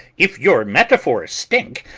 if your metaphor stink,